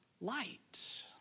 light